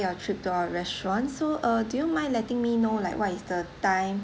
your trip to our restaurant so uh do you mind letting me know like what is the time